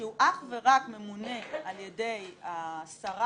שהוא אך ורק ממונה על ידי השרה,